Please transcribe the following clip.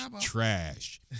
Trash